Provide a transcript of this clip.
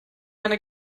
eine